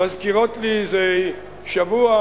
מזכירות לי זה שבוע-שבועיים